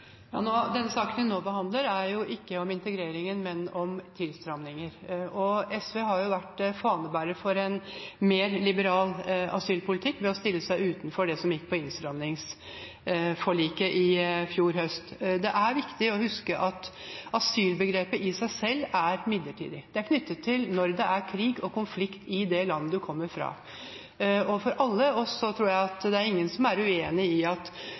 Den saken vi nå behandler, handler ikke om integrering, men om innstramninger, og SV har vært fanebærer for en mer liberal asylpolitikk ved å stille seg utenfor innstramningsforliket i fjor høst. Det er viktig å huske at asylbegrepet i seg selv er midlertidig. Det er knyttet til at det er krig og konflikt i det landet man kommer fra. Det er ingen av oss som er uenig i at man har det best sammen med familien sin, men det betyr ikke at det er Norge som er